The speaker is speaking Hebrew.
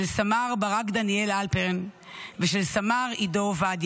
של סמ"ר ברק דניאל הלפרן ושל סמ"ר עידו ז'נו,